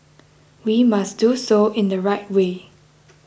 we must do so in the right way